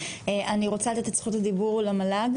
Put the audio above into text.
אני רוצה לתת את זכות הדיבור למל"ג,